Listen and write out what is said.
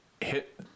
hit